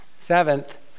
Seventh